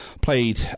played